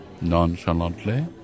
Nonchalantly